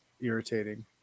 irritating